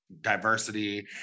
diversity